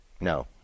No